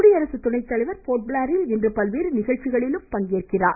குடியரசு துணைத்தலைவர் போர்ட்பிளேரில் இன்று பல்வேறு நிகழ்ச்சிகளில் பங்கேற்கிறார்